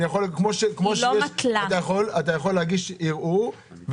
את היכולת להגיש ערעור.